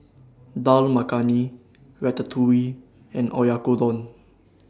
Dal Makhani Ratatouille and Oyakodon